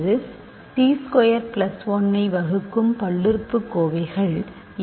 t square plus 1 ஐ வகுக்கும் பல்லுறுப்புக்கோவைகள் யாவை